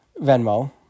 Venmo